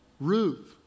Ruth